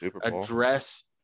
Address